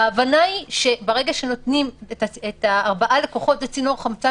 ההבנה היא שברגע שנותנים ארבעה לקוחות זה צינור חמצן